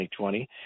2020